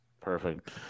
perfect